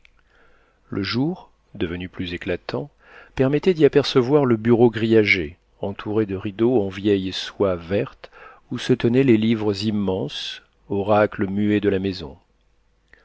le jour devenu plus éclatant permettait d'y apercevoir le bureau grillagé entouré de rideaux en vieille soie verte où se tenaient les livres immenses oracles muets de la maison